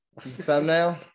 Thumbnail